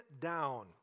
down